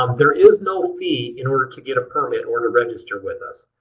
um there is no fee in order to get a permit or to register with us.